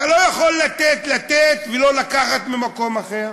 אתה לא יכול לתת, לתת, ולא לקחת ממקום אחר.